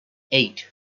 eight